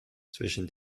zwischen